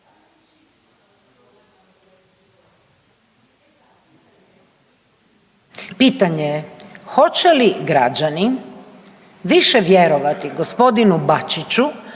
pitanje je hoće li građani više vjerovati gospodinu Bačiću